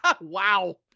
Wow